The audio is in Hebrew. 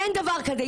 אין דבר כזה.